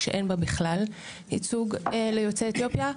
שאין בה בכלל ייצוג ליוצאי אתיופיה.